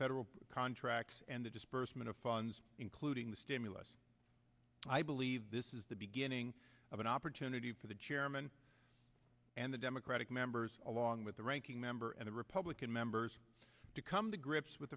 federal contracts and the disbursement of funds including the stimulus i believe this is the beginning of an opportunity for the chairman and the democratic members along with the ranking member and the republican members to come to grips with